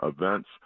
events